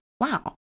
Wow